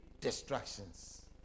Distractions